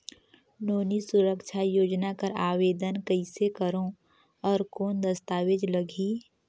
नोनी सुरक्षा योजना कर आवेदन कइसे करो? और कौन दस्तावेज लगही?